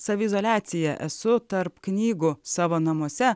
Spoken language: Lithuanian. saviizoliacija esu tarp knygų savo namuose